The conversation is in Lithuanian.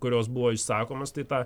kurios buvo išsakomos tai tą